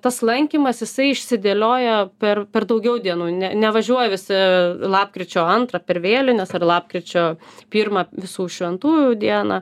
tas lankymas jisai išsidėlioja per per daugiau dienų ne nevažiuoja visi lapkričio antrą per vėlines ar lapkričio pirmą visų šventųjų dieną